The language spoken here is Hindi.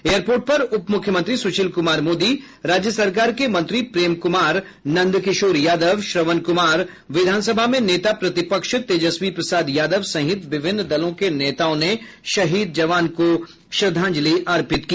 एयरपोर्ट पर उप मुख्यमंत्री सुशील कुमार मोदी राज्य सरकार के मंत्री प्रेम कुमार नंद किशोर यादव श्रवण कुमार विधानसभा में नेता प्रतिपक्ष तेजस्वी प्रसाद यादव सहित विभिन्न दलों के नेताओं ने शहीद जवान को श्रद्धांजलि अर्पित की